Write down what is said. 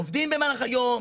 עובדים במהלך היום,